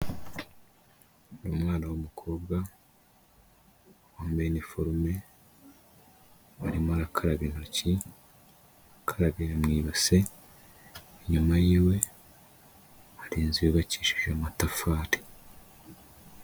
Uyu mwana w'umukobwa wambaye iniforume arimo arakaraba intoki, akarabira mu ibase, inyuma yiwe hari inzu yubakishije amatafari.